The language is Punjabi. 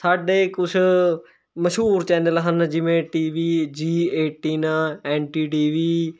ਸਾਡੇ ਕੁਛ ਮਸ਼ਹੂਰ ਚੈਨਲ ਹਨ ਜਿਵੇਂ T V G eighteen N D T ਵੀ